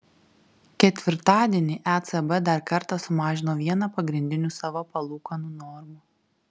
ketvirtadienį ecb dar kartą sumažino vieną pagrindinių savo palūkanų normų